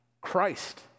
Christ